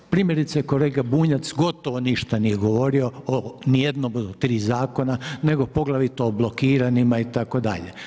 Primjerice kolega Bunjac gotovo ništa nije govorio o niti jednom od tri zakona nego poglavito o blokiranima itd.